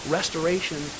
restoration